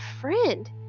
friend